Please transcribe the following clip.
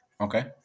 Okay